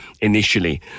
initially